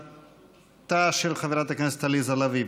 שאלתה של חברת הכנסת עליזה לביא.